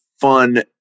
fun